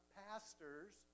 pastors